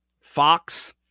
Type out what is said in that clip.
fox